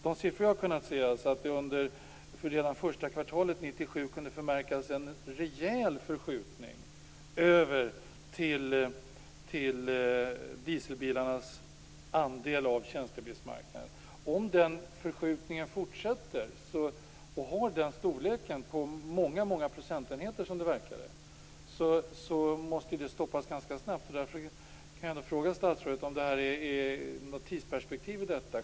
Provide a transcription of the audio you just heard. De siffror som jag har kunnat se visar att det under första kvartalet 1997 kunde förmärkas en rejäl förskjutning över till dieselbilar på tjänstebilsmarknaden. Om den förskjutningen fortsätter och har en storlek av många procentenheter, som det verkar, måste den stoppas ganska snabbt. Därför kan jag fråga statsrådet om det är något tidsperspektiv i detta.